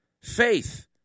faith